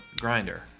grinder